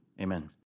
Amen